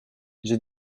j’ai